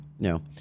No